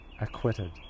acquitted